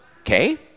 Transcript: okay